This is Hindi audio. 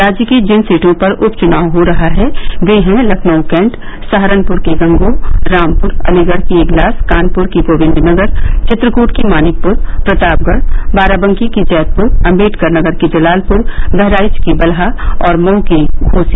राज्य की जिन सीटों पर उपचुनाव हो रहा है वे हैं लखनऊ कैण्ट सहारनपुर की गंगोह रामपुर अलीगढ़ की इगलास कानपुर की गोविन्दनगर चित्रकूट की मानिकपुर प्रतापगढ़ बाराबंकी की जैतपुर अम्बेडकरनगर की जलालपुर बहराइच की बलहा और मऊ की घोसी